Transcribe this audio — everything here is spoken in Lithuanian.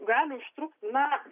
gali užtrukt na